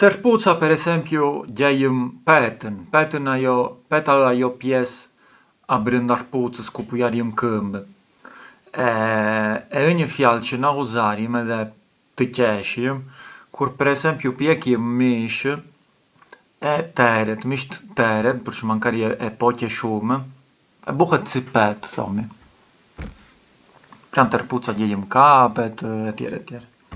Te këpuca per esempiu gjejëm petën, petën… peta ë ajo pjesë abrënda këpucës ku pujarjëm këmbën e ë një fjal çë na ghuzarjëm kur per esempiu pjekjëm mishë e teret, misht teret përçë makari e poqe shumë e buhet si petë, pran te këpuca gjejëm kapet e tjerë…